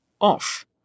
off